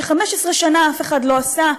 ש-15 שנה אף אחד לא עשה,